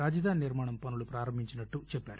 రాజధాని నిర్మాణ పనులు ప్రారంభించినట్లు చెప్పారు